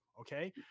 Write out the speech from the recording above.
okay